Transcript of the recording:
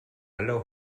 alle